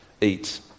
eat